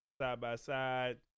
side-by-side